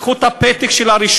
לקחו את הפתק של הרישום,